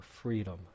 freedom